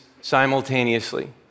simultaneously